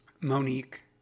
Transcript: Monique